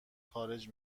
خارج